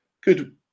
good